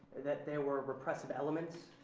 that there were repressive elements,